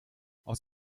aus